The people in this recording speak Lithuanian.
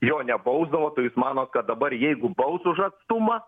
jo nebausdavo tai jūs manot kad dabar jeigu baus už atstumą